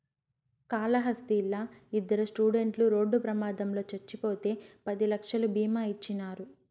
కాళహస్తిలా ఇద్దరు స్టూడెంట్లు రోడ్డు ప్రమాదంలో చచ్చిపోతే పది లక్షలు బీమా ఇచ్చినారు